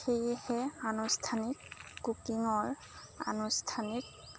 সেয়েহে আনুষ্ঠানিক কুকিঙৰ আনুষ্ঠানিক